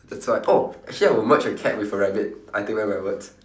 that's why oh actually I'll merge a cat with a rabbit I take back my words